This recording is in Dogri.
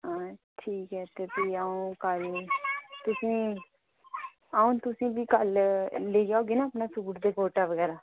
हां ठीक ऐ ते फ्ही अ'ऊं कल तु'सेगी अ'ऊं तु'सेंगी कल देई औगी ना अपना सूट ते गूह्टा बगैरा